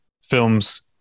films